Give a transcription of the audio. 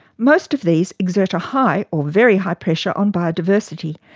most of these exert a high or very high pressure on biodiversity,